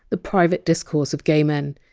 the private discourse of gay men,